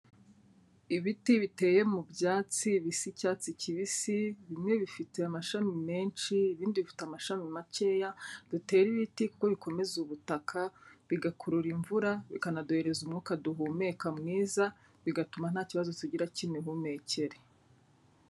Ibiti biteye mu byatsi bisa icyatsi kibisi, bimwe bifite amashami menshi, ibindi bifite amashami makeya, dutere ibiti kuko bikomeza ubutaka, bigakurura imvura, bikanaduhereza umwuka duhumeka mwiza, bigatuma nta kibazo tugira cy'imihumekere.